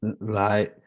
Right